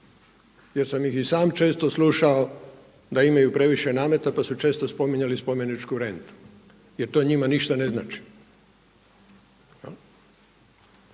jer sam ih i sam često slušao da imaju previše nameta, pa su često spominjali spomeničku rentu, jer to njima ništa ne znači